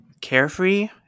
carefree